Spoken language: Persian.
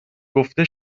گفته